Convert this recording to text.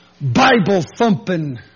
Bible-thumping